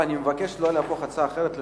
אני מבקש לא להפוך הצעה אחרת לנאומים.